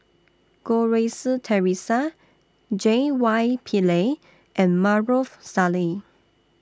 Goh Rui Si Theresa J Y Pillay and Maarof Salleh